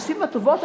הנשים הטובות,